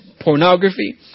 pornography